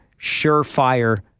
surefire